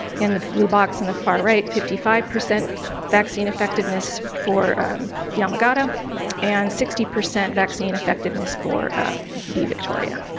again the blue box on the far right, fifty five percent vaccine effectiveness for yamagata and sixty percent vaccine effectiveness for b victoria.